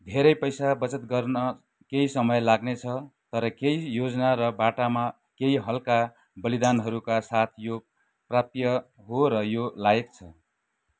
धेरै पैसा बचत गर्न केही समय लाग्ने छ तर केही योजना र बाटामा केही हलका बलिदानहरूका साथ यो प्राप्य हो र यो लायक छ